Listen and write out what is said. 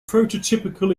prototypical